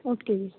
okay ਜੀ